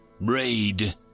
Braid